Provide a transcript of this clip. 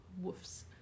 woofs